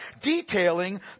detailing